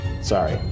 Sorry